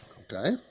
Okay